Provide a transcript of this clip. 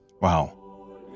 Wow